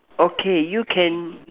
okay you can